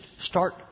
start